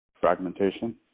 fragmentation